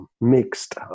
mixed